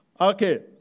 Okay